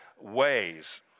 ways